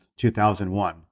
2001